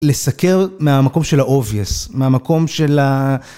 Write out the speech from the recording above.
לסקר מהמקום של האובייס, מהמקום של ה...